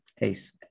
ace